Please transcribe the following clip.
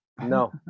No